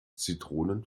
zitronen